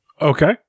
Okay